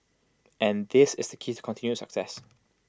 and this is the keys to continued success